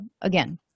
again